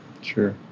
Sure